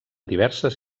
diverses